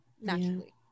naturally